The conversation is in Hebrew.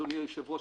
אדוני היושב-ראש,